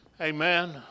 Amen